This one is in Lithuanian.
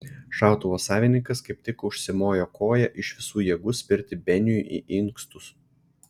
šautuvo savininkas kaip tik užsimojo koja iš visų jėgų spirti beniui į inkstus